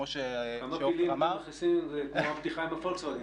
שכמו שאמרה תמר ----- זה כמו בבדיחה עם הפולקסווגן.